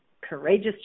courageous